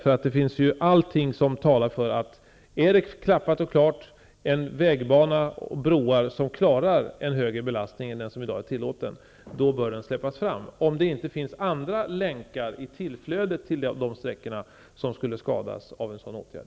Är det klappat och klart och man har en vägbana och broar som klarar en högre belastning än den som i dag är tillåten talar allting för att en höjning bör släppas fram, om det inte finns länkar i tillflödet till de sträckorna som skulle skadas av en sådan åtgärd.